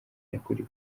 nyakuri